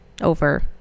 over